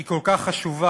היא כל כך חשובה,